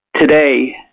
Today